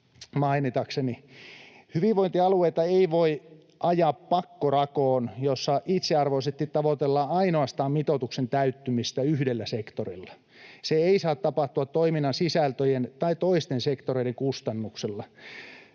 mainitakseni. Hyvinvointialueita ei voi ajaa pakkorakoon, jossa itseisarvoisesti tavoitellaan ainoastaan mitoituksen täyttymistä yhdellä sektorilla. Se ei saa tapahtua toiminnan sisältöjen tai toisten sektoreiden kustannuksella.